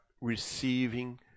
receiving